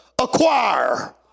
acquire